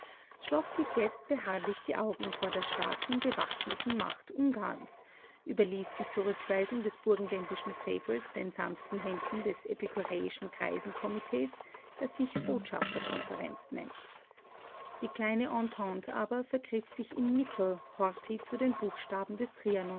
schloß bis jetzt beharrlich die augen vor der starken bewaffneten macht ungarns überließ die zurückweisung des burgenländischen frevels den sanften händen des epikuräischen greisen-komitees das sich botschafterkonferenz nennt die kleine entente aber vergriff sich im mittel horthy zu den buchstaben des